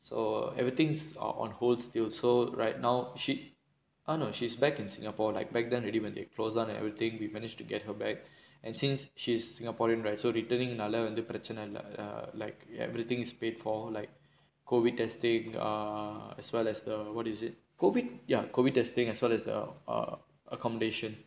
so everything's o~ on hold still so right now she no she's back in singapore like back then already when they closed down and everything we've managed to get her back and since she's singaporean right so returning பிரச்சன இல்ல:pirachana illa err like everything is paid for like COVID testing ah as well as the what is it COVID testing ya call me testing as well as the err accommodation